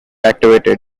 activated